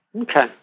Okay